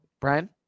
Brian